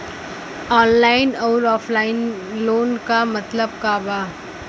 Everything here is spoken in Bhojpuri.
ऑनलाइन अउर ऑफलाइन लोन क मतलब का बा?